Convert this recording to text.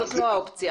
זו לא האופציה.